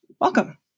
Welcome